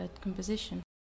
composition